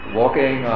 walking